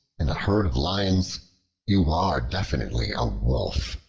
in a herd of lions you are definitely a wolf.